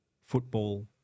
football